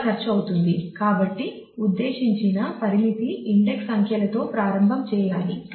చాలా ఖర్చు అవుతుంది కాబట్టి ఉద్దేశించిన పరిమిత ఇండెక్స్ సంఖ్యలతో ప్రారంభం చేయాలి